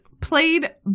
played